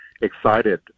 excited